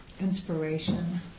inspiration